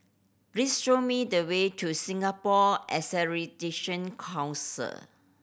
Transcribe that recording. please show me the way to Singapore Accredition Council